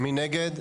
1 נגד,